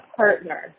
partner